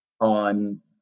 on